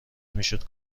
میشد